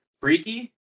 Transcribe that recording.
Freaky